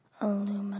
Aluminum